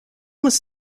was